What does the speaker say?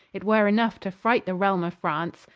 it were enough to fright the realme of france.